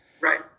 Right